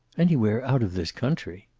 anywhere out of this country.